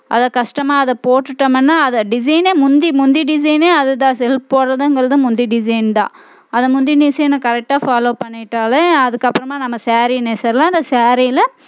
அதை கஷ்டமாக அதை போட்டுட்டோம்னா அதை டிசைன் முந்தி முந்தி டிசைன் அது தான் செல்ப் போடுறதுங்குறது முந்தி டிசைன் தான் அதை முந்தி டிசைனை கரெக்டாக பலோவ் பண்ணிட்டால் அதுக்கு அப்புறமா நம்ம சேரி நெசவலாம் அந்த சேரியில்